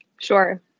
Sure